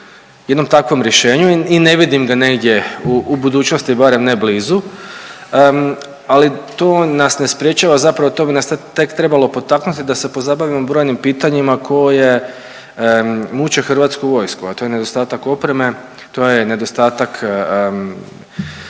jednom takvom rješenju i ne vidim ga negdje u budućnosti, barem ne blizu, ali to nas ne sprječava. Zapravo to bi nas tek trebalo potaknuti da se pozabavimo brojnim pitanjima koji muče Hrvatsku vojsku, a to je nedostatak opreme, to je nedostatak